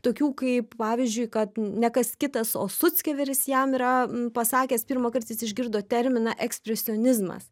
tokių kaip pavyzdžiui kad ne kas kitas o suckeveris jam yra pasakęs pirmąkart jis išgirdo terminą ekspresionizmas